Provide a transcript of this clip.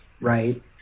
right